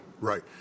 Right